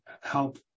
help